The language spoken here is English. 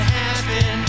happen